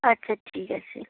আচ্ছা ঠিক আছে